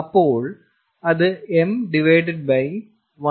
അപ്പോൾ അത് m 1 m2